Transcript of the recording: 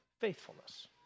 faithfulness